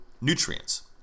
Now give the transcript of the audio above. nutrients